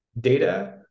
data